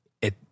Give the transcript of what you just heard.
it-